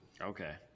Okay